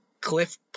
Cliff